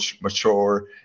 mature